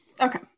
Okay